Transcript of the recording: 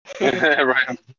Right